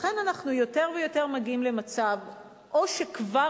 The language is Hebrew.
לכן אנחנו יותר ויותר מגיעים למצב שבו או שכבר